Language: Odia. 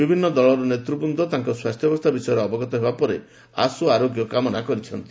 ବିଭିନ୍ନ ଦଳର ନେତୃବୃନ୍ଦ ତାଙ୍କ ସ୍ୱାସ୍ଥ୍ୟାବସ୍ଥା ବିଷୟରେ ଅବଗତ ହେବା ପରେ ଆଶୁ ଆରୋଗ୍ୟ କାମନା କରିଛି